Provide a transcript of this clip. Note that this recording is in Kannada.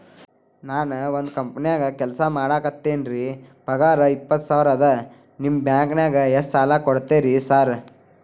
ನಾನ ಒಂದ್ ಕಂಪನ್ಯಾಗ ಕೆಲ್ಸ ಮಾಡಾಕತೇನಿರಿ ಪಗಾರ ಇಪ್ಪತ್ತ ಸಾವಿರ ಅದಾ ನಿಮ್ಮ ಬ್ಯಾಂಕಿನಾಗ ಎಷ್ಟ ಸಾಲ ಕೊಡ್ತೇರಿ ಸಾರ್?